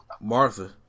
Martha